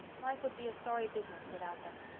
life would be a sorry business without them.